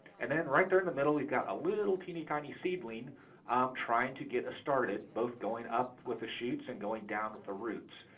and then right there in the middle, we've got a little teeny tiny seedling um trying to get started, both going up with the shoots and going down the roots.